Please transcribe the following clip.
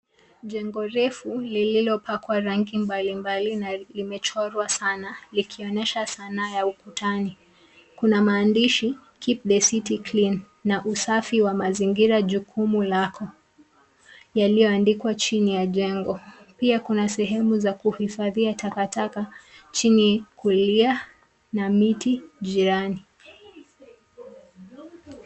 Jengo refu lililopakwa rangi mbalimbali na limechorwa sana likionyesha sanaa ya ukutani. Kuna maandishi keep the city clean na usafi wa mazingira jukumu lako yaliyoandikwa chini ya jengo, pia kuna sehemu za kuhifadhia takataka chini kulia na miti jirani.